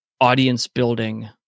audience-building